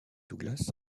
douglas